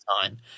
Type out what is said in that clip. time